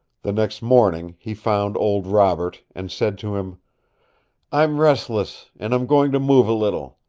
the next morning he found old robert and said to him i'm restless, and i'm going to move a little.